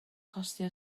costio